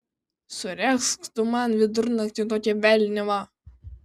suregzk tu man vidurnaktį tokią velniavą